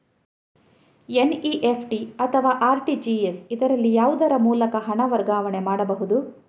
NEFT ಅಥವಾ RTGS, ಇದರಲ್ಲಿ ಯಾವುದರ ಮೂಲಕ ಹಣ ವರ್ಗಾವಣೆ ಮಾಡಬಹುದು?